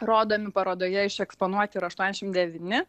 rodomi parodoje eksponuoti yra aštuoniasdešim devyni